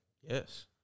yes